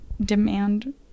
demand